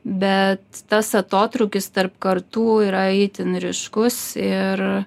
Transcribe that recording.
bet tas atotrūkis tarp kartų yra itin ryškus ir